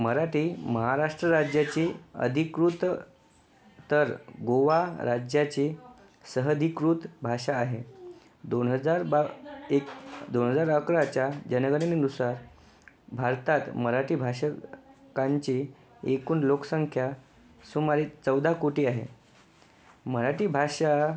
मराठी महाराष्ट्र राज्याची अधिकृत तर गोवा राज्याची सहधिकृत भाषा आहे दोन हजार बा एक दोन हजार अकराच्या जनगणनेनुसार भारतात मराठी भाषकांची एकूण लोकसंख्या सुमारे चौदा कोटी आहे मराठी भाषा